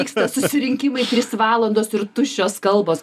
vyksta susirinkimai trys valandos ir tuščios kalbos